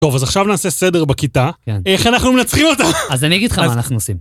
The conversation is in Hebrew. טוב, אז עכשיו נעשה סדר בכיתה. כן. איך אנחנו מנצחים אותה. אז אני אגיד לך מה אנחנו עושים.